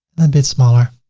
a bit smaller.